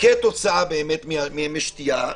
כתוצאה משתייה,